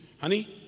Honey